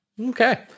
Okay